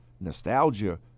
nostalgia